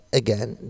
again